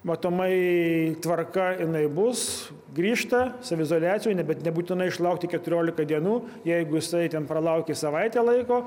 matomai tvarka jinai bus grįžta saviizoliacijoj nebent nebūtina išlaukti keturiolika dienų jeigu jisai ten pralaukė savaitę laiko